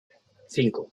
cinco